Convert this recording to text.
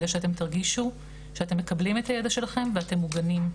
על מנת שאתם תרגישו שאתם מקבלים את הידע שלכם ואתם מוגנים.